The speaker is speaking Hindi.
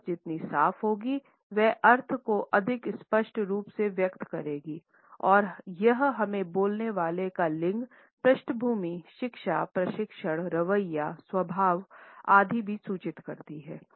आवाज़ जितनी साफ होगी वह अर्थ को अधिक स्पष्ट रूप से व्यक्त करेगी और यह हमें बोलने वाले का लिंग पृष्ठभूमि शिक्षा प्रशिक्षण रवैया स्वभाव आदि भी सूचित करती है